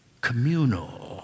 communal